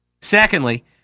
Secondly